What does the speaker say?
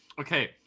Okay